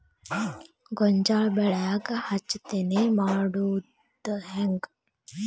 ಗೋಂಜಾಳ ಬೆಳ್ಯಾಗ ಹೆಚ್ಚತೆನೆ ಮಾಡುದ ಹೆಂಗ್?